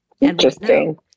Interesting